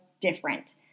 different